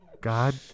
God